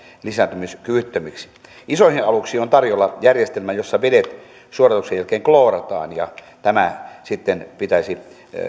lisääntymiskyvyttömiksi isoihin aluksiin on tarjolla järjestelmä jossa vedet suodatuksen jälkeen kloorataan ja tämän sitten pitäisi